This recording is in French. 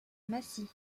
massy